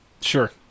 Sure